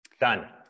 Done